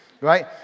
right